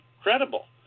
credible